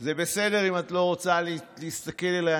זה בסדר אם את לא רוצה להסתכל עליי.